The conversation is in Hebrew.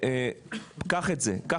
אם